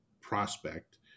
prospect